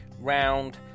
round